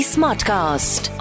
Smartcast